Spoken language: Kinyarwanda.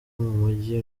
mumujyi